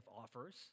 offers